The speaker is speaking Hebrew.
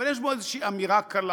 אבל יש בו איזו אמירה קלה.